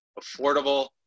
affordable